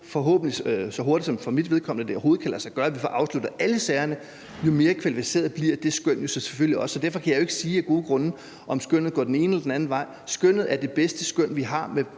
forhåbentlig så hurtigt, det overhovedet kan lade sig gøre – at få afsluttet alle sagerne, jo mere kvalificeret bliver det skøn selvfølgelig også. Derfor kan jeg jo af gode grunde ikke sige, om skønnet går den ene eller den anden vej. Skønnet er det bedste skøn, vi har, med